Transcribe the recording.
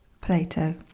Plato